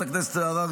חבר הכנסת אלהרר,